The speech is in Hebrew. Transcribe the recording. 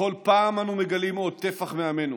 בכל פעם אנו מגלים עוד טפח מעמנו